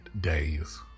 days